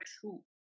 true